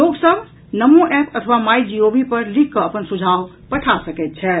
लोक सभ नमो एप अथवा माय जीओवी पर लिख कऽ अपन सुझाव पठा सकैत छथि